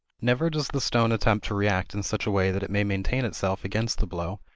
never does the stone attempt to react in such a way that it may maintain itself against the blow,